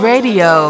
radio